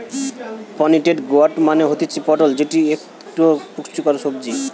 pointed gourd মানে হতিছে পটল যেটি একটো পুষ্টিকর সবজি